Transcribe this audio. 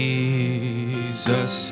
Jesus